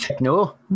No